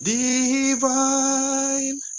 divine